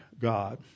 God